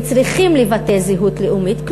וצריכים לבטא זהות לאומית,